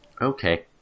Okay